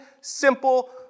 simple